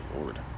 Lord